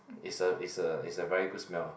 is a is a is a very good smell